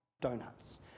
Donuts